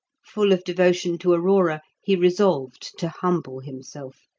full of devotion to aurora, he resolved to humble himself,